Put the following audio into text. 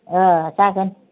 अ जागोन